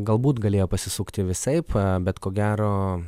galbūt galėjo pasisukti visaip bet ko gero